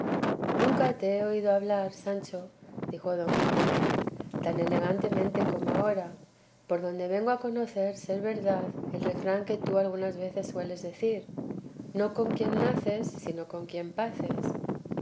nunca te he oído hablar sancho dijo don quijote tan elegantemente como ahora por donde vengo a conocer ser verdad el refrán que tú algunas veces sueles decir no con quien naces sino con quien paces